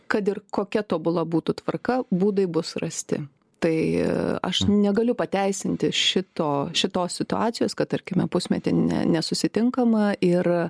kad ir kokia tobula būtų tvarka būdai bus rasti tai aš negaliu pateisinti šito šitos situacijos kad tarkime pusmetį ne nesusitinkama ir